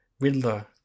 Riddler